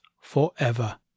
forever